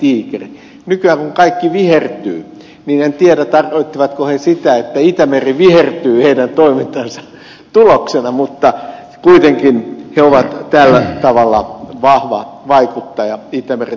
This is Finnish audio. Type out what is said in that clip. nykyään kun kaikki vihertyy niin en tiedä tarkoittivatko he sitä että itämeri vihertyy heidän toimintansa tuloksena mutta kuitenkin he ovat tällä tavalla vahva vaikuttaja itämeren tilanteeseen